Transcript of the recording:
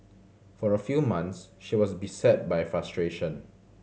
for a few months she was beset by frustration